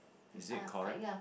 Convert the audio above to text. is it correct